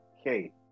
Okay